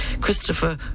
Christopher